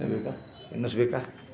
ಇನ್ನೂ ಬೇಕಾ ಇನ್ನಷ್ಟು ಬೇಕಾ